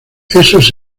esos